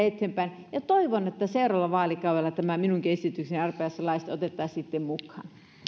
eteenpäin ja toivon että seuraavalla vaalikaudella tämä minunkin esitykseni arpajaislaista otettaisiin sitten mukaan